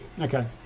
Okay